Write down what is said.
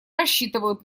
рассчитывают